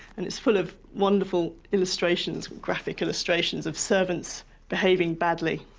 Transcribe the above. and it's full of wonderful illustrations, graphic illustrations of servants behaving badly.